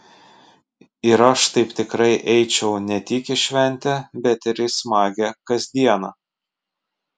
ir aš taip tikrai eičiau ne tik į šventę bet ir į smagią kasdieną